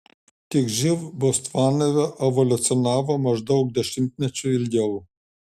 tad živ botsvanoje evoliucionavo maždaug dešimtmečiu ilgiau